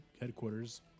Headquarters